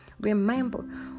remember